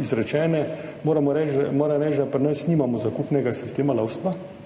izrečene, moram reči, da pri nas nimamo zakupnega sistema lovstva.